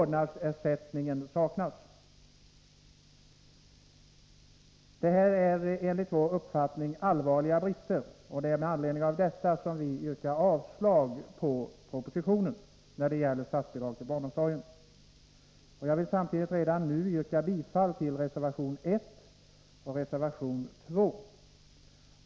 Detta är enligt vår uppfattning allvarliga brister, och det är med anledning härav som vi yrkar avslag på propositionen när det gäller statsbidrag till barnomsorgen. Jag vill samtidigt redan nu yrka bifall till reservation 1 och 7.